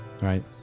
Right